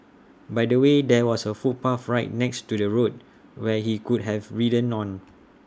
by the way there was A footpath right next to the road where he could have ridden on